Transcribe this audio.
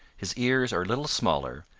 his ears are a little smaller,